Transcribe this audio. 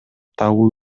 табуу